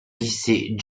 lycée